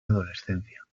adolescencia